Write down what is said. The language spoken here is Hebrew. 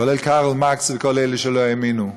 כולל קרל מרקס וכל אלה שלא האמינו.